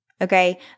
Okay